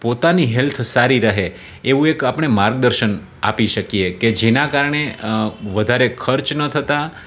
પોતાની હેલ્થ સારી રહે એવું એક આપણે માર્ગદર્શન આપી શકીએ કે જેનાં કારણે વધારે ખર્ચ ન થતા